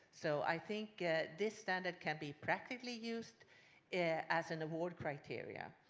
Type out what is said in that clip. so i think this standard can be practically used as an award criteria.